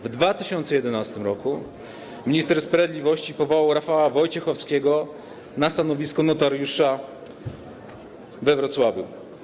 W 2011 r. minister sprawiedliwości powołał Rafała Wojciechowskiego na stanowisko notariusza we Wrocławiu.